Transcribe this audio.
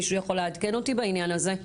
מישהו יכול לעדכן אותי בעניין הזה?